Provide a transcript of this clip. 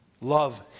Love